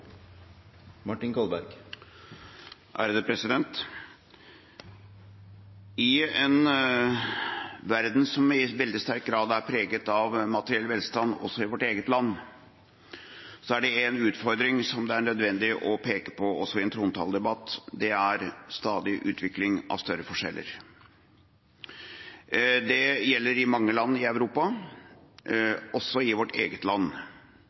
preget av materiell velstand, også i vårt eget land, er det én utfordring det er nødvendig å peke på, også i en trontaledebatt. Det er stadig utvikling av større forskjeller. Det gjelder i mange land i Europa, også i vårt eget land.